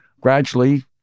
Gradually